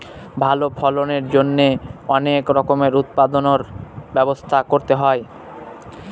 ভালো ফলনের জন্যে অনেক রকমের উৎপাদনর ব্যবস্থা করতে হয়